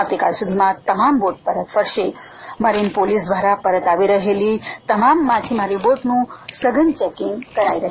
આવતીકાલ સુધીમાં તમામ બોટ પરત ફરશે મરીન પોલીસ દ્વારા પરત આવી રહેલી તમામ માછીમારી બોટનું સઘન ચેકીંગ કરાઇ રહ્યું છે